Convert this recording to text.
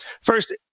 First